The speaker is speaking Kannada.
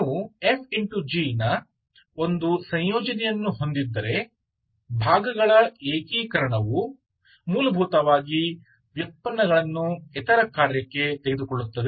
ನೀವು f g ನ ಒಂದು ಸಂಯೋಜನೆಯನ್ನು ಹೊಂದಿದ್ದರೆ ಭಾಗಗಳ ಏಕೀಕರಣವು ಮೂಲಭೂತವಾಗಿ ವ್ಯುತ್ಪನ್ನಗಳನ್ನು ಇತರ ಕಾರ್ಯಕ್ಕೆ ತೆಗೆದುಕೊಳ್ಳುತ್ತದೆ